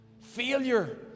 failure